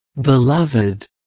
Beloved